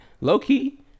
low-key